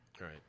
right